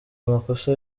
amakosa